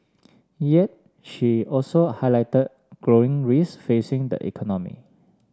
yet she also highlighted growing risks facing the economy